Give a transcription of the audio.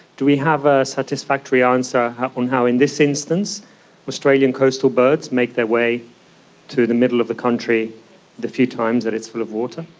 do we have a satisfactory answer on how in this instance australian coastal birds make their way to the middle of the country the few times that it's full of water?